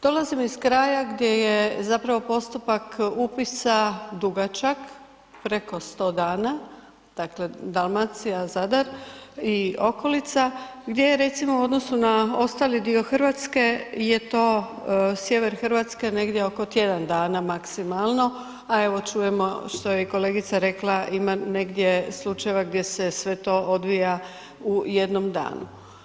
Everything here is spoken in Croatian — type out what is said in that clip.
Dolazim iz kraja gdje je zapravo postupak upisa dugačak, preko 100 dana, dakle Dalmacija, Zadar i okolica gdje je recimo u odnosu na ostali dio Hrvatske je to, sjever Hrvatske negdje oko tjedan dana maksimalno, a evo čujemo što je kolegica rekla, ima negdje slučajeva gdje se sve to odvija u jednom danu.